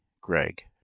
Greg